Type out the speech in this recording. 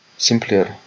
simpler